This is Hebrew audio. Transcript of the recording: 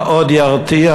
מה עוד ירתיע